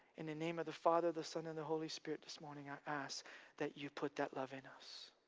in the name of the father, the son and the holy spirit, this morning, i ask that you put that love in us.